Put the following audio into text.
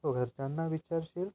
हो घरच्यांना विचारशील